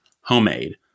Homemade